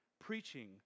preaching